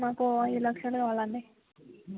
నాకు ఐదు లక్షలు కావాలండి